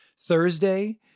Thursday